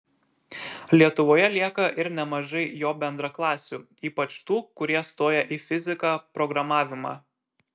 lietuvoje lieka ir nemažai jo bendraklasių ypač tų kurie stoja į fiziką programavimą